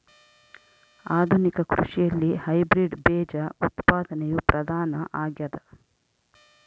ಆಧುನಿಕ ಕೃಷಿಯಲ್ಲಿ ಹೈಬ್ರಿಡ್ ಬೇಜ ಉತ್ಪಾದನೆಯು ಪ್ರಧಾನ ಆಗ್ಯದ